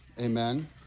amen